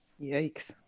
Yikes